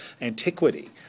antiquity